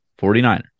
49ers